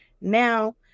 now